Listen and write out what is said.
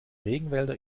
regenwälder